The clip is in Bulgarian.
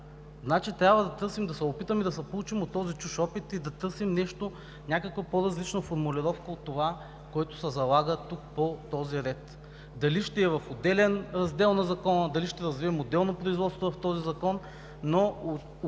Трябва да се опитаме да се поучим от този чужд опит и да търсим някаква по-различна формулировка от това, което се залага тук по този ред. Дали ще е в отделен раздел на Закона, дали ще развием отделно производство в този закон, но очевидно